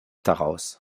daraus